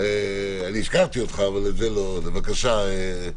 קודם, בבקשה, איתן.